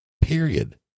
period